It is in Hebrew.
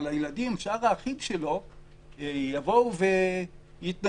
אבל שאר האחים שלו יבואו ויתנגדו,